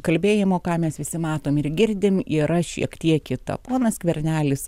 kalbėjimo ką mes visi matom ir girdim yra šiek tiek kita ponas skvernelis